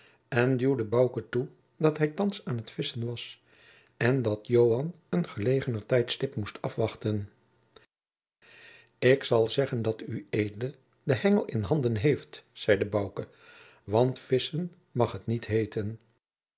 en duwde bouke toe dat hij thands aan t visschen was en dat joan een gelegener tijdstip moest afwachten ik zal zeggen dat ued den hengel in handen jacob van lennep de pleegzoon heeft zeide bouke want visschen mag het niet heeten